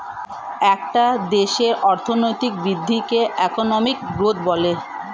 একটা দেশের অর্থনৈতিক বৃদ্ধিকে ইকোনমিক গ্রোথ বলে